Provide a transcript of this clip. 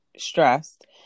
stressed